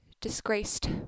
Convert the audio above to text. disgraced